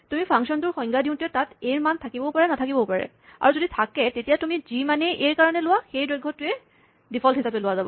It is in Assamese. তুমি ফাংচনটোৰ সংজ্ঞা দিওঁতে তাত এ ৰ মান থাকিবও পাৰে নাথাকিবও পাৰে আৰু যদি থাকে তেতিয়া তুমি যি মানেই এ ৰ কাৰণে লোৱা সেই দৈৰ্ঘটোৱেই ডিফল্ট হিচাপে লোৱা যাব